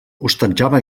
hostatjava